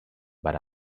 but